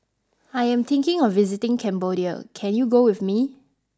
I am thinking of visiting Cambodia Can you go with me